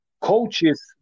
coaches